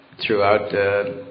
throughout